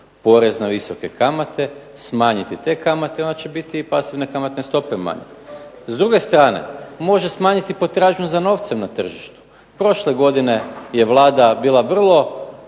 porez na visoke kamate, smanjiti te kamate i onda će biti i pasivne kamatne stope manje. S druge strane, može smanjiti potražnju za novcem na tržištu. Prošle godine je Vlada bila